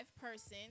person